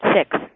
six